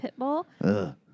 Pitbull